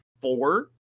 four